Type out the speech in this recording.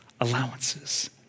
allowances